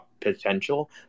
potential